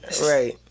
Right